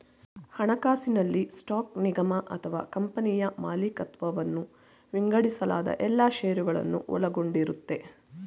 ಹಣಕಾಸಿನಲ್ಲಿ ಸ್ಟಾಕ್ ನಿಗಮ ಅಥವಾ ಕಂಪನಿಯ ಮಾಲಿಕತ್ವವನ್ನ ವಿಂಗಡಿಸಲಾದ ಎಲ್ಲಾ ಶೇರುಗಳನ್ನ ಒಳಗೊಂಡಿರುತ್ತೆ